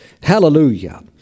Hallelujah